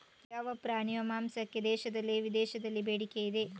ಯಾವ ಪ್ರಾಣಿಯ ಮಾಂಸಕ್ಕೆ ದೇಶದಲ್ಲಿ ವಿದೇಶದಲ್ಲಿ ಬೇಡಿಕೆ ಇದೆ?